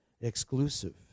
exclusive